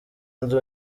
ndi